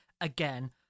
Again